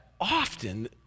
often